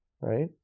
right